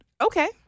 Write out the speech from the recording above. Okay